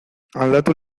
aldatu